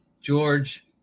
George